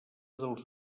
dels